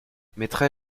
mettrai